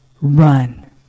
Run